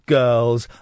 girls